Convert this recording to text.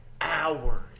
hours